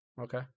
Okay